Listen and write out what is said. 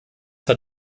hat